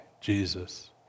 Jesus